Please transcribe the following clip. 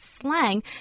slang